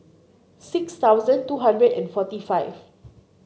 six thousand two hundred and forty five